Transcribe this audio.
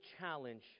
challenge